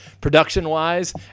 production-wise